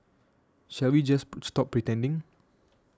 shall we just stop pretending